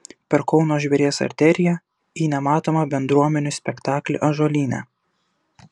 per kauno žvėries arteriją į nematomą bendruomenių spektaklį ąžuolyne